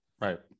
right